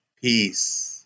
peace